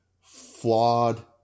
flawed